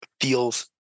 feels